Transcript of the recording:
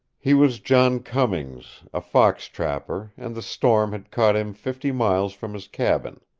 he was john cummings, a fox trapper, and the storm had caught him fifty miles from his cabin.